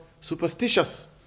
superstitious